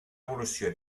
evolució